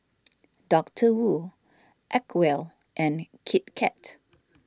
Doctor Wu Acwell and Kit Kat